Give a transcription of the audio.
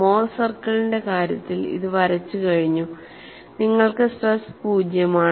more സർക്കിളിന്റെ കാര്യത്തിൽ അത് വരച്ചുകഴിഞ്ഞു നിങ്ങൾക്ക് സ്ട്രെസ് പൂജ്യമാണ്